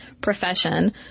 profession